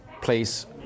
place